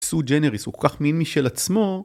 סו ג'נריס הוא כך מין משל עצמו